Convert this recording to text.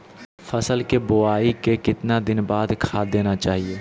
फसल के बोआई के कितना दिन बाद खाद देना चाइए?